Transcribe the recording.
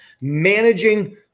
managing